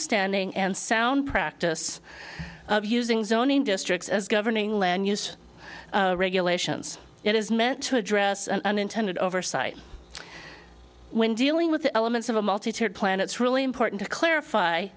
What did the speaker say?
longstanding and sound practice of using zoning districts as governing land use regulations it is meant to address an unintended oversight when dealing with the elements of a multi tiered plan it's really important to clarify